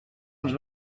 als